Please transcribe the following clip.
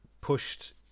pushed